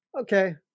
okay